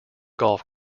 golf